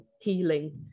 healing